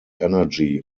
energy